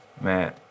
Man